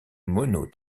mono